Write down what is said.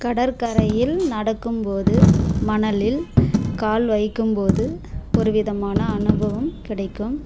கடற்கரையில் நடக்கும்போது மணலில் கால் வைக்கும் போது ஒரு விதமான அனுபவம் கிடைக்கும்